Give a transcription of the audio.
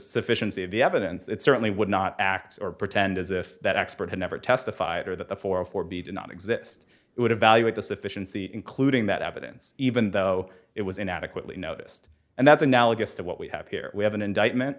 sufficiency of the evidence it certainly would not act or pretend as if that expert had never testified or that the four for b did not exist would evaluate the sufficiency including that evidence even though it was inadequately noticed and that's analogous to what we have here we have an indictment